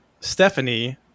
Stephanie